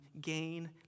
gain